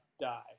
die